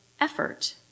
effort